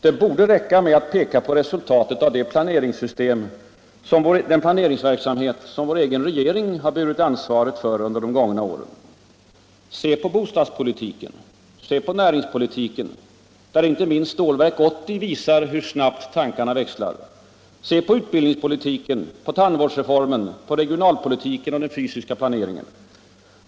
Det borde räcka att peka på resultatet av den planeringsverksamhet som vår egen regering burit ansvaret för under de gångna åren. Se på bostadspolitiken, se på näringspolitiken — där inte minst Stålverk 80 visar hur snabbt tankarna växlar — se på utbildningspolitiken, på tandvårdsreformen, på regionalpolitiken och den fysiska planeringen.